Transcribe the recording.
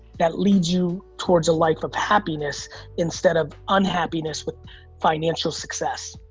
that leads you towards a life of happiness instead of unhappiness with financial success.